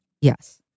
yes